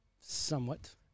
Somewhat